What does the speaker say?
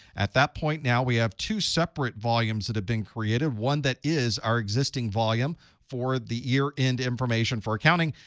at that point now, we have two separate volumes that have been created one that is our existing volume for the year-end information for accounting.